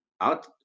out